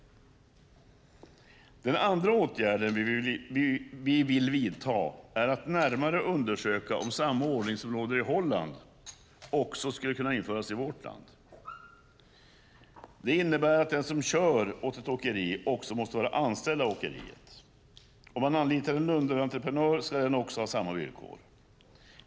Den andra åtgärden vi vill vidta är att närmare undersöka om samma ordning som råder i Holland också skulle kunna införas i vårt land. Det innebär att den som kör åt ett åkeri också måste vara anställd av åkeriet. Om man anlitar en underentreprenör ska den också ha samma villkor.